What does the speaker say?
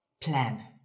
Plan